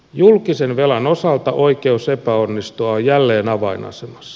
julkisen velan osalta oikeus epäonnistua on jälleen avainasemassa